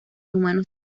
humanos